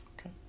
Okay